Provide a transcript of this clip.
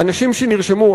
האנשים שנרשמו,